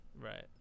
Right